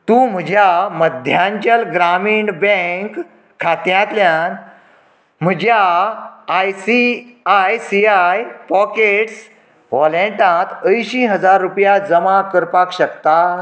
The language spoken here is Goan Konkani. तूं म्हज्या मध्यांचल ग्रामीण बँक खात्यांतल्यान म्हज्या I C I C I pockets वॉलेटांत अयंशी हजार रुपया जमा करपाक शकता